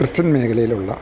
Christian മേഖലയിലുള്ള